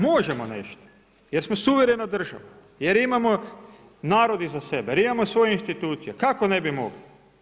Možemo nešto, jer smo suvremena država, jer imamo narod iza sebe, jer imamo svoju instituciju, kako ne bi mogli.